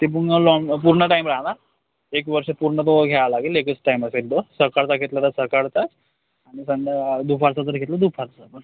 ते पूर्ण लॉन्ग पूर्ण टाइम राहणार एक वर्ष पूर्ण तो घ्यावा लागेल एकच टाइम असेल तो सकाळचा घेतला तर सकाळचा आणि संध्याकाळ दुपारचा जर घेतला दुपारचा पण